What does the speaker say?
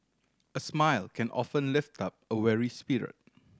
a smile can often lift up a weary spirit